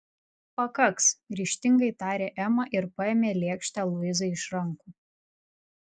pakaks ryžtingai tarė ema ir paėmė lėkštę luizai iš rankų